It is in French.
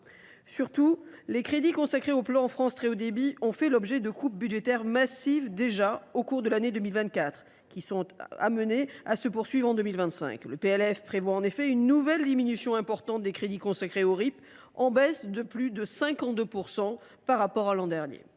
Surtout, les crédits consacrés au plan France Très Haut Débit ont déjà fait l’objet de coupes budgétaires massives en cours d’année 2024, et cette tendance devrait se poursuivre en 2025. Le PLF prévoit en effet une nouvelle diminution majeure des crédits consacrés aux RIP, en baisse de plus de 52 % par rapport à l’an dernier.